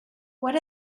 what